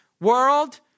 world